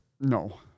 No